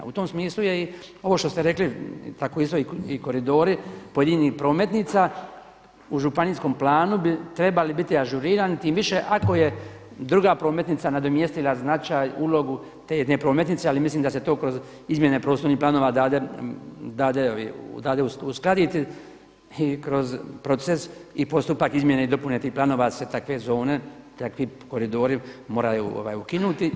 U tom smislu je i ovo što ste rekli tako isto i koridori pojedinih prometnica u županijskom planu bi trebali biti ažurirani tim više ako je druga prometnica nadomjestila značaj, ulogu te jedne prometnice, ali mislim da se to kroz izmjene prostornih planova dade uskladiti i kroz proces i postupak izmjene i dopune takvih planova se takve zone, takvi koridori moraju ukinuti.